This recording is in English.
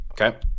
Okay